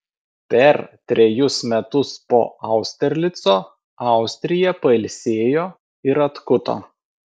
per trejus metus po austerlico austrija pailsėjo ir atkuto